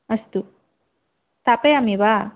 अस्तु स्थापयामि वा